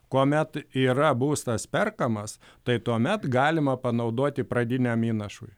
kuomet yra būstas perkamas tai tuomet galima panaudoti pradiniam įnašui